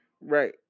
Right